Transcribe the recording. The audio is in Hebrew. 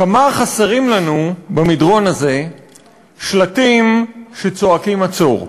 כמה חסרים לנו במדרון הזה שלטים שצועקים "עצור".